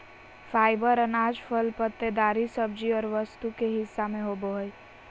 fibre अनाज, फल पत्तेदार सब्जी और वस्तु के हिस्सा में होबो हइ